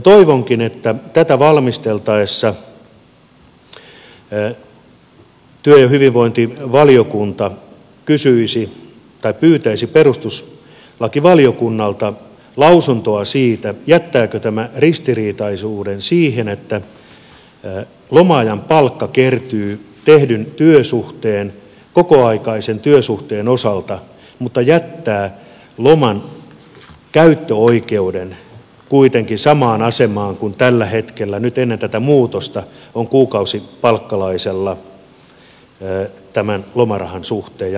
toivonkin että tätä valmisteltaessa työ ja hyvinvointivaliokunta pyytäisi perustuslakivaliokunnalta lausuntoa siitä jättääkö tämä ristiriitaisuuden siihen että loma ajan palkka kertyy tehdyn kokoaikaisen työsuhteen osalta mutta loman käyttöoikeus jää kuitenkin samaan asemaan kuin tällä hetkellä nyt ennen tätä muutosta on kuukausipalkkalaisella tämän lomarahan suhteen ja lomapalkan suhteen